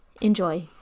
Enjoy